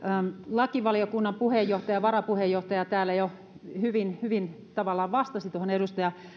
lakivaliokunnan puheenjohtaja ja varapuheenjohtaja täällä jo hyvin tavallaan vastasivat tuohon edustaja